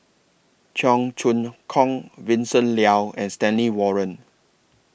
Cheong Choong Kong Vincent Leow and Stanley Warren